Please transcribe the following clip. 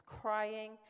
crying